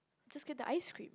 just get the ice cream